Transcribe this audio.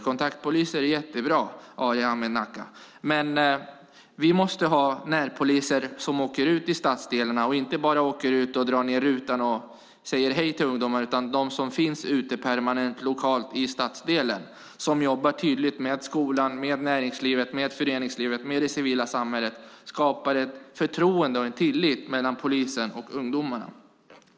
De är bra, Arhe Hamednaca, men vi måste ha närpoliser som åker ut i stadsdelarna. Det är inte bara fråga om att åka ut och dra ned rutan och säga hej till ungdomarna utan de ska finnas permanent lokalt i stadsdelen och jobba tydligt med skolan, näringslivet, föreningslivet och det civila samhället samt skapa förtroende och tillit mellan polisen och ungdomarna.